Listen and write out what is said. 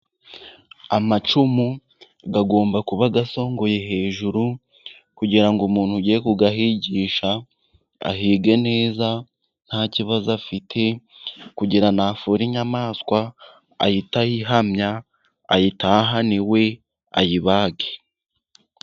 Amacumu agomba kuba asongoye hejuru kugira ngo umuntu ugiye kuyahigisha ahige neza ntakibazo afite, kugira ngo nafora inyamaswa ahite ayihamya, ayitahane iwe ayibage.